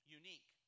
unique